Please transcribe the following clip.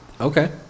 Okay